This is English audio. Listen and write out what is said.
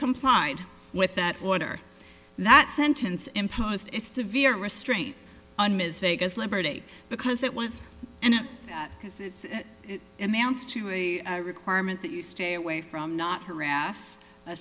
complied with that order that sentence imposed is severe restraint on ms vegas liberty because it was and because it's a man's to a requirement that you stay away from not harass a